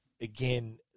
again